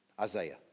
Isaiah